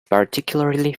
particularly